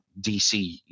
dc